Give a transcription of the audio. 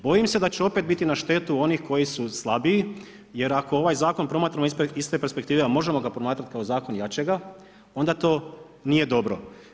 Bojim se da će opet biti na štetu onih koji su slabiji jer ako ovaj zakon promatramo iz te perspektive, a možemo ga promatrati kao zakon jačega, onda to nije dobro.